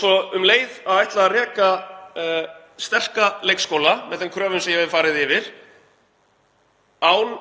svo um leið að reka sterka leikskóla með þeim kröfum sem ég hef farið yfir án